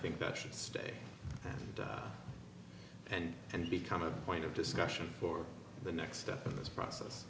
think that should stay and and become a point of discussion for the next step of this process